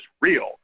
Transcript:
real